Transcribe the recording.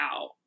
out